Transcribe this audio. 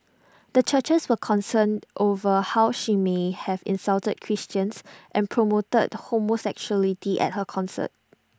the churches were concerned over how she may have insulted Christians and promoted homosexuality at her concert